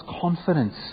confidence